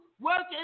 working